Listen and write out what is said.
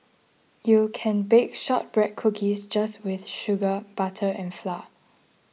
you can bake Shortbread Cookies just with sugar butter and flour